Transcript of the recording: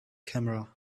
camera